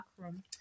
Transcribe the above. backroom